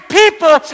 people